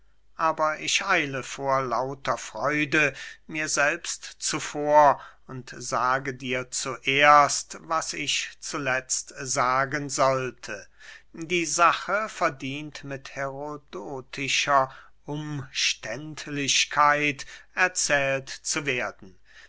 aber ich eile vor lauter freuden mir selbst zuvor und sage dir zuerst was ich zuletzt sagen sollte die sache verdient mit herodotischer umständlichkeit erzählt zu werden